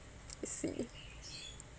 you see